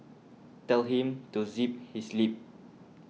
tell him to zip his lip